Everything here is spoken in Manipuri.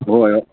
ꯍꯣꯏ ꯍꯣꯏ